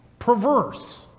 Perverse